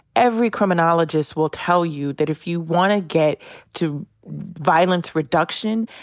every criminologist will tell you that if you wanna get to violence reduction,